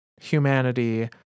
humanity